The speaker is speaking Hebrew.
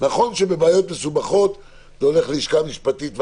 נכון שבבעיות מסובכות זה הולך ללשכה המשפטית,